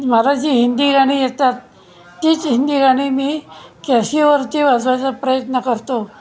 मला जी हिंदी गाणी येतात तीच हिंदी गाणी मी कॅशिओवरती वाजवायचा प्रयत्न करतो